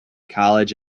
college